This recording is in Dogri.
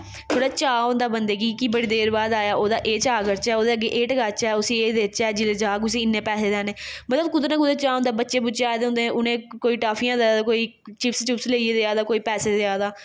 थोह्ड़ा चाऽ होंदा बंदे गी के बड़ी देर बाद आया ओह्दा एह् चाऽ करचै ओह्दे अग्गें एह् टकाचै उसी एह् देचै जिसलै जाह्ग उसी इन्नी पैहे देने मतलब कि कुदै ना कुदै चाऽ होंदा बच्चे बुच्चे आए दे होंदे उ'नें कोई टाफियां देआ दा कोई चिप्स चुप्स लेइयै देआ दा कोई पैसे देआ दा